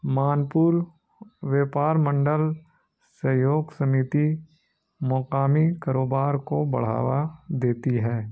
مانپور ویپار منڈل سہیوگ ستیھی مقامی کاروبار کو بڑھاوا دیتی ہے